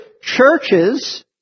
churches